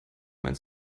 meint